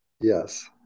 Yes